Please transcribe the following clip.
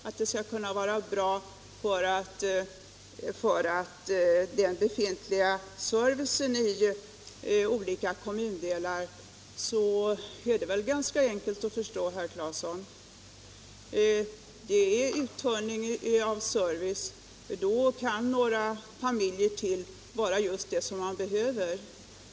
Att det skall vara bra för samhället och den befintliga servicen i olika kommundelar är väl, herr Claeson, en enkel fråga att förstå. Några familjer till kan vara just det man behöver för att motverka uttunningen av servicen.